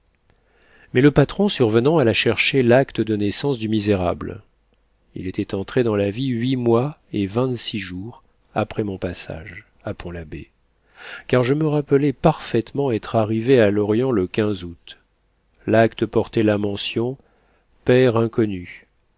mais le patron survenant alla chercher l'acte de naissance du misérable il était entré dans la vie huit mois et vingt-six jours après mon passage à pont labbé car je me rappelais parfaitement être arrivé à lorient le août l'acte portait la mention père inconnu